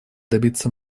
добиться